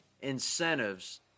incentives